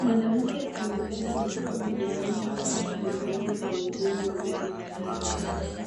Mwanamke amebeba mtoto mgongoni huku akizungumza na wahudumu wawili mezani.